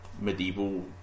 medieval